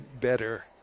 better